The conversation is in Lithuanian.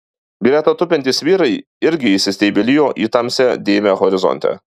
greta tupintys vyrai irgi įsistebeilijo į tamsią dėmę horizonte